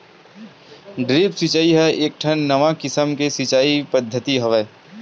drip सिचई ह एकठन नवा किसम के सिचई पद्यति हवय